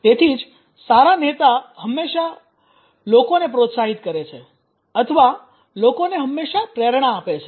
તેથી જ સારા નેતા હંમેશા લોકોને પ્રોત્સાહિત કરે છે અથવા લોકોને હંમેશા પ્રેરણા આપે છે